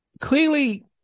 clearly